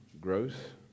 growth